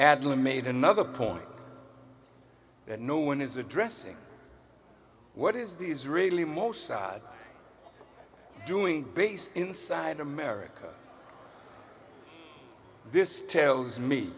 adler made another point that no one is addressing what is the is really mossad doing base inside america this tells me